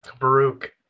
Baruch